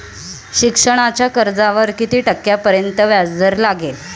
शिक्षणाच्या कर्जावर किती टक्क्यांपर्यंत व्याजदर लागेल?